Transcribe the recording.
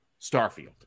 Starfield